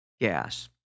gas